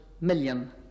million